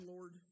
Lord